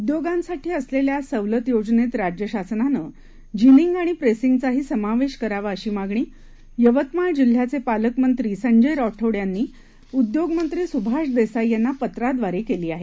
उद्योगांसाठी असलेल्या सवलत योजनेत राज्य शासनानं जिनिंग आणि प्रेसिंगचाही समावेश करावा अशी मागणी यवतमाळ जिल्ह्याचे पालकमंत्री संजय राठोड यांनी उद्योगमंत्री सुभाष देसाई यांना पत्राद्वारे केली आहे